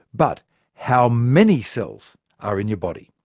but how many cells are in your body?